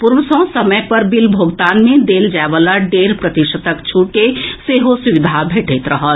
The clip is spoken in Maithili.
पूर्व सँ समय पर बिल भोगतान मे देल जाए वला डेढ़ प्रतिशतक छूटक सेहो सुविधा भेटैत रहत